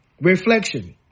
Reflection